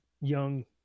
young